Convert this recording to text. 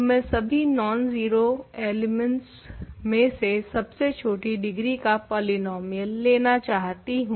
तो मैं सभी नॉन जीरो एलिमेंट्स में से सबसे छोटी डिग्री का पॉलीनोमियल लेना चाहती हूँ